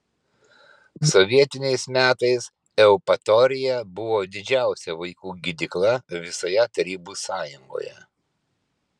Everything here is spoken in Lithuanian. sovietiniais metais eupatorija buvo didžiausia vaikų gydykla visoje tarybų sąjungoje